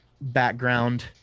background